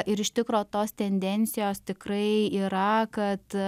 ir iš tikro tos tendencijos tikrai yra kad